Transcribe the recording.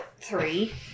three